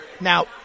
Now